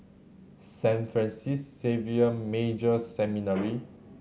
Saint Francis Xavier Major Seminary